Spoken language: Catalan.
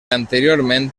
anteriorment